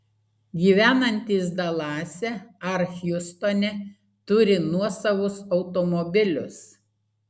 gyvenantys dalase ar hjustone turi nuosavus automobilius